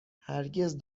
هرگز